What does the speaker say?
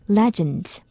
legends